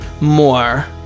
More